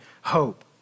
hope